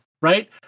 right